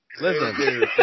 Listen